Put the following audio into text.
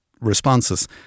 responses